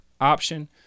option